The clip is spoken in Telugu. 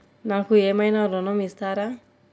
నాకు ఏమైనా ఋణం ఇస్తారా?